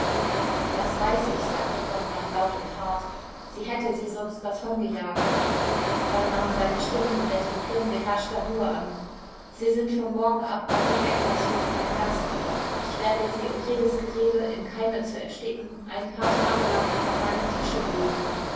das weiß ich sagte konrad laut und hart sie hätte sie sonst davongejagt dann nahm seine stimme wieder den ton beherrschter ruhe an sie sind von morgen ab auf dem eckartshof mein gast ich werde sie um jedes gerede im keime zu ersticken ein paar tage lang an meinem tische dulden